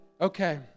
Okay